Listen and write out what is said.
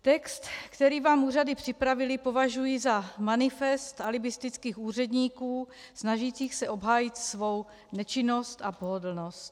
Text, který vám úřady připravily, považuji za manifest alibistických úředníků snažících se obhájit svou nečinnost a pohodlnost.